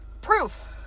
proof